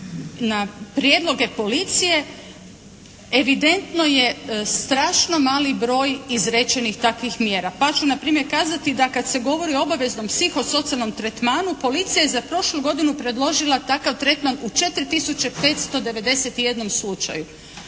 na prijedloge Policije evidentno je strašno mali broj izrečenih takvih mjera. Pa ću npr. kazati da kad se govori o obaveznom psihosocijalnom tretmanu, Policija je za prošlu godinu predložila takav tretman u četiri